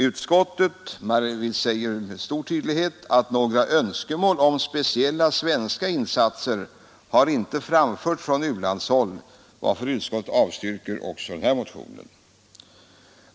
Utskottet säger klart ifrån att några önskemål om speciella svenska insatser inte har framförts från u-landshåll, varför utskottet yrkar avslag också på den här motionen.